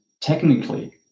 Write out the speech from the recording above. technically